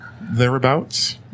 thereabouts